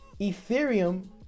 ethereum